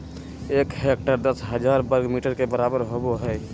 एक हेक्टेयर दस हजार वर्ग मीटर के बराबर होबो हइ